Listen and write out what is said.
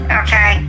okay